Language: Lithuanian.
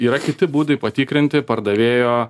yra kiti būdai patikrinti pardavėjo